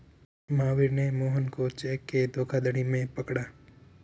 महावीर ने मोहन को चेक के धोखाधड़ी में पकड़ा